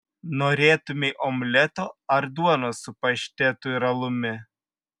norėtumei omleto ar duonos su paštetu ir alumi